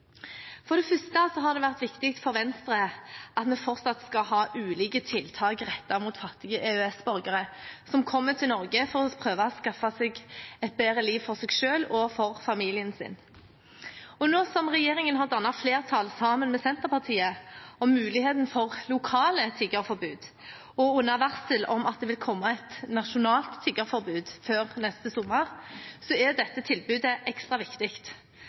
For det første har det vært viktig for Venstre at vi fortsatt skal ha ulike tiltak rettet mot fattige EØS-borgere som kommer til Norge for å prøve å skaffe seg et bedre liv for seg selv og for familien sin. Nå som regjeringen har dannet flertall sammen med Senterpartiet om muligheten for lokale tiggeforbud, og har varslet at det vil komme et nasjonalt tiggeforbud før neste sommer, er dette tilbudet ekstra viktig.